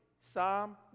Psalm